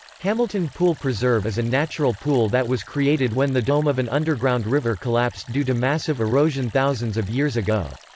hamilton pool preserve is a natural pool that was created when the dome of an underground river collapsed due to massive erosion thousands of years ago.